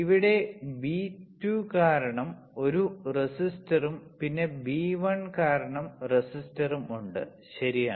ഇവിടെ ബി 2 കാരണം ഒരു റെസിസ്റ്ററും പിന്നെ ബി 1 കാരണം റെസിസ്റ്ററും ഉണ്ട് ശരിയാണ്